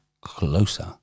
closer